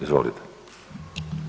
Izvolite.